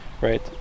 right